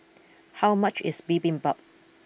how much is Bibimbap